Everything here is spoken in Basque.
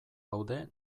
gaude